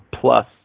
plus